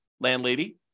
landlady